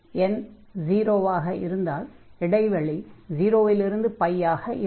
n0 ஆக இருந்தால் இடைவெளி 0 இல் இருந்து ஆக இருக்கும்